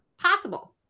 possible